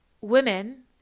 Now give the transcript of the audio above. women